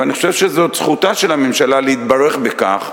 ואני חושב שזאת זכותה של הממשלה להתברך בכך,